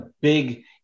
big